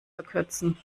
verkürzen